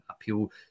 appeal